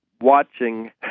watching